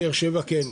כן.